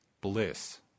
bliss